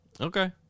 Okay